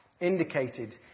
indicated